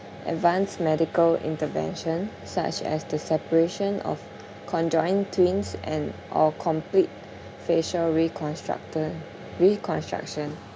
advanced medical intervention such as the separation of conjoined twins and or complete facial reconstructed reconstruction